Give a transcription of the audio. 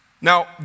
Now